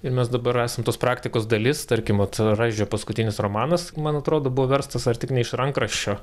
ir mes dabar esam tos praktikos dalis tarkim vat raižio paskutinis romanas man atrodo buvo verstas ar tik ne iš rankraščio